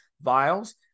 vials